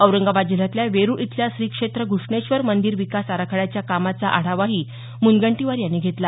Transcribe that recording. औरंगाबाद जिल्ह्यातल्या वेरूळ इथल्या श्री क्षेत्र घ्रष्णेश्वर मंदिर विकास आराखड्याच्या कामांचा आढावाही मुनगंटीवार यांनी घेतला